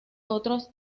otros